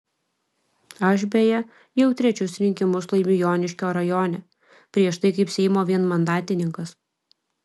aš beje jau trečius rinkimus laimiu joniškio rajone prieš tai kaip seimo vienmandatininkas